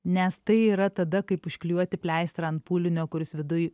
nes tai yra tada kaip užklijuoti pleistrą ant pūlinio kuris viduj